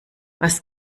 was